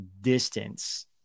distance